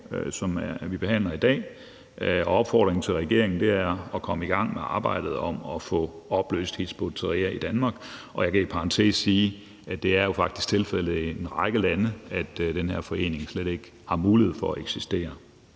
som vi behandler i dag, og opfordringen til regeringen er at komme i gang med arbejdet med at få opløst Hizb ut-Tahrir i Danmark. Jeg kan i parentes sige, at det jo faktisk er tilfældet i en række lande, at den her forening slet ikke har mulighed for at eksistere.